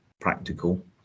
practical